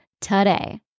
today